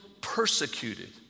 persecuted